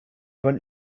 went